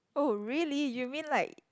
oh really you mean like